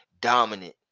dominant